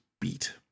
beat